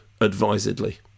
advisedly